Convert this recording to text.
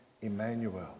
Emmanuel